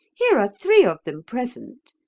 here are three of them present.